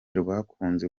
rwakunze